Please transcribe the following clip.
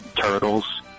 turtles